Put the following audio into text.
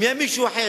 אם יהיה מישהו אחר,